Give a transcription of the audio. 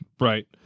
Right